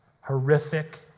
horrific